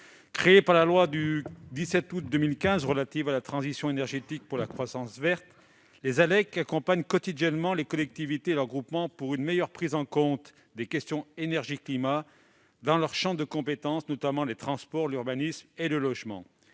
Créées par la loi du 17 août 2015 relative à la transition énergétique pour la croissance verte, les ALEC accompagnent quotidiennement les collectivités et leurs groupements pour une meilleure prise en compte des questions relatives à l'énergie et au climat dans leur champ de compétences, notamment les transports, l'urbanisme et le logement.